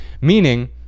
meaning